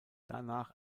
danach